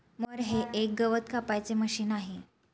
mower हे एक गवत कापायचे मशीन आहे